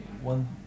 one